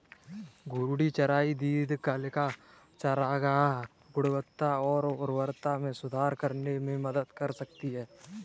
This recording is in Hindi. घूर्णी चराई दीर्घकालिक चारागाह गुणवत्ता और उर्वरता में सुधार करने में मदद कर सकती है